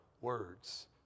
words